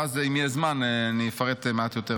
ואם יהיה זמן אני אפרט מעט יותר.